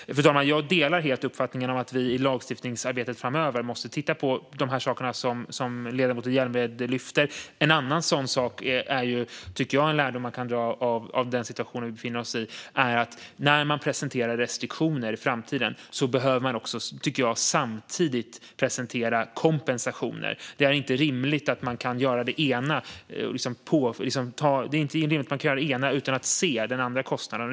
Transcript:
Fru talman! Jag delar helt uppfattningen att vi i lagstiftningsarbetet framöver måste titta på de saker som ledamoten Hjälmered lyfter. En annan lärdom man kan dra av den situation vi befinner oss i, tycker jag, är att när man i framtiden presenterar restriktioner behöver man samtidigt presentera kompensationer. Det är inte rimligt att man kan göra det ena utan att se den andra kostnaden.